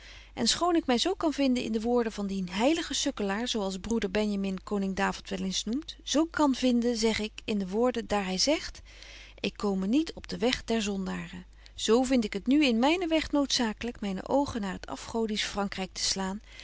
en schoon ik my zo kan vinden in de woorden van dien heiligen sukkelaar zo als broeder benjamin koning david wel eens noemt zo kan vinden zeg ik in de woorden daar hy zegt ik kome niet op den weg der zondaren zo vind ik het nu in mynen weg noodzaaklyk myne oogen naar het afgodisch vrankryk te slaan